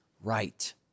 right